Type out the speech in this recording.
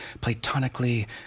platonically